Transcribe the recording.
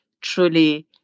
truly